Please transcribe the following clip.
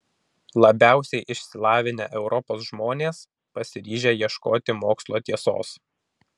labiausiai išsilavinę europos žmonės pasiryžę ieškoti mokslo tiesos